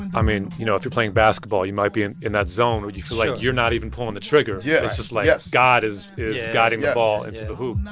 i mean, you know, if you're playing basketball, you might be in in that zone where you feel like you're not even pulling the trigger. yeah it's just, like, god is is guiding the ball into the hoop.